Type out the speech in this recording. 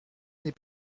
n’est